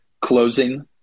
closing